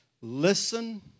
listen